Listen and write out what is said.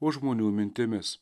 o žmonių mintimis